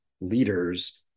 leaders